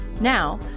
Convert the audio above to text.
Now